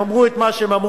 הם אמרו את מה שאמרו,